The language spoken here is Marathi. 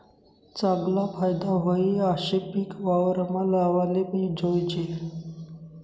चागला फायदा व्हयी आशे पिक वावरमा लावाले जोयजे